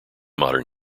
modern